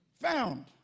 found